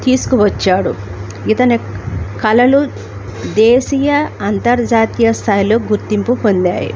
తీసుకువచ్చాడు ఇతని కళలు దేశీయ అంతర్జాతీయ స్థాయిలో గుర్తింపు పొందాయి